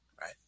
right